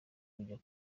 kujya